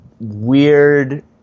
weird